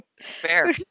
Fair